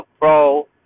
Pro